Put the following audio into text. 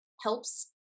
helps